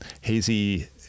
Hazy